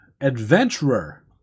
adventurer